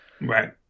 right